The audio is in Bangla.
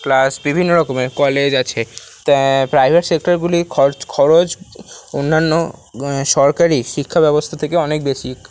প্লাস বিভিন্ন রকমের কলেজ আছে প্রাইভেট সেক্টরগুলির খরচ খরচ অন্যান্য সরকারি শিক্ষা ব্যবস্থা থেকে অনেক বেশি